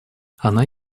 она